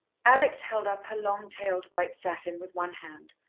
alex held up her long-tailed white satin with one hand,